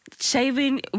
Shaving